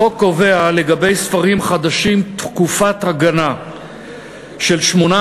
החוק קובע לגבי ספרים חדשים תקופת הגנה של 18